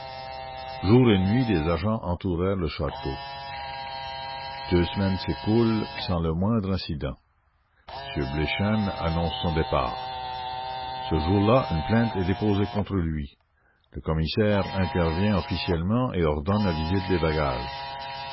jour et nuit des agents entourèrent le château deux semaines s'écoulèrent sans le moindre incident m bleichen annonce son départ ce jour-là une plainte est déposée contre lui le commissaire intervient officiellement et ordonne la visite des bagages